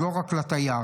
אז לא רק לתייר,